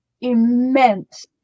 immense